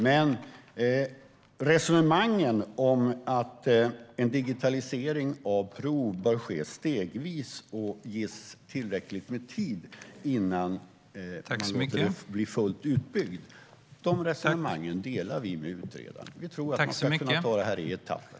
Men resonemangen om att en digitalisering av prov bör ske stegvis och ges tillräckligt med tid innan man låter det bli fullt utbyggt delar vi med utredaren. Vi tror att man ska kunna ta det här i etapper.